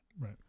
Right